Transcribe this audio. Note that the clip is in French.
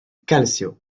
calcio